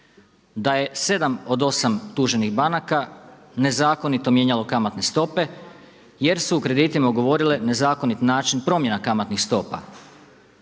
da je 7 od 8 tuženih banaka nezakonito mijenjalo kamatne stope jer su u kreditima ugovorile nezakonit način promjena kamatnih stopa.